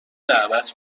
دعوت